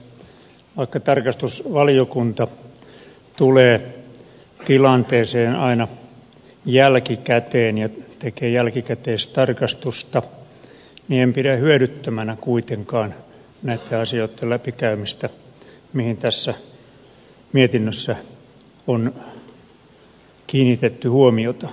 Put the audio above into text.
vaikka tarkastusvaliokunta tulee tilanteeseen aina jälkikäteen ja tekee jälkikäteistarkastusta niin en pidä kuitenkaan hyödyttömänä näitten asioitten läpikäymistä mihin tässä mietinnössä on kiinnitetty huomiota